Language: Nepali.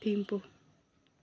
थिम्पू